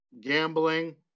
gambling